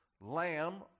Lamb